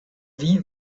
wie